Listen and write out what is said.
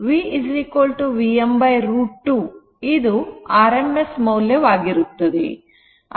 ಇಲ್ಲಿ V Vm √ 2 ಇದು rms ಮೌಲ್ಯ ಆಗಿರುತ್ತದೆ